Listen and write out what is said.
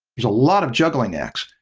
there's a lot of juggling acts.